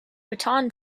baton